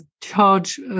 charge